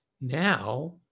now